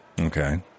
Okay